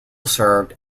served